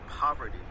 poverty